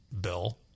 bill